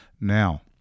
Now